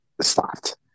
stopped